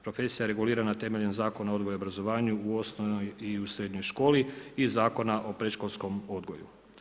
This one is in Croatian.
Profesija je regulirana temeljem Zakona o odgoju i obrazovanju u osnovnoj i u srednjoj školi i Zakona o predškolskom odgoju.